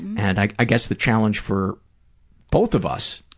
and i i guess the challenge for both of us,